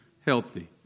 healthy